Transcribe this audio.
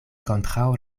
kontraŭ